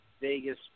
Vegas